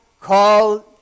called